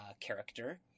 character